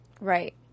Right